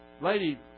lady